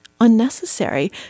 unnecessary